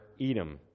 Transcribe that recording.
Edom